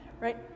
Right